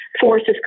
forces